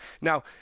Now